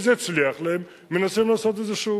אם זה הצליח להם, מנסים לעשות את זה שוב.